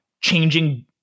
changing